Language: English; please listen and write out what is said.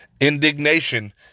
Indignation